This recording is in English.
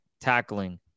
tackling